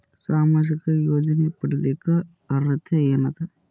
ಸಾಮಾಜಿಕ ಯೋಜನೆ ಪಡಿಲಿಕ್ಕ ಅರ್ಹತಿ ಎನದ?